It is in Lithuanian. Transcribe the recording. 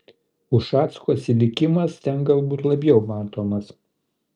ušacko atsilikimas ten galbūt labiau matomas